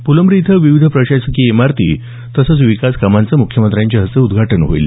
फुलंब्री इथं विविध प्रशासकीय इमारती तसंच विकासकामांचं मुख्यमंत्र्यांच्या हस्ते उद्घाटन होईल